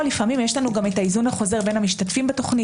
לפעמים יש לנו ההיזון החוזר בין המשתתפים בתוכנית.